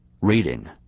reading